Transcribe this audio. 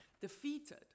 defeated